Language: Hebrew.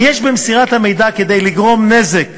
אם יש במסירת המידע כדי לגרום נזק